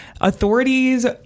Authorities